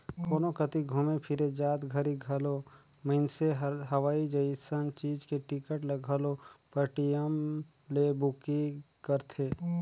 कोनो कति घुमे फिरे जात घरी घलो मइनसे हर हवाई जइसन चीच के टिकट ल घलो पटीएम ले बुकिग करथे